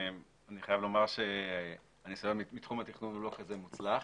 חייב לומר שהניסיון מתחום התכנון הוא לא כזה מוצלח.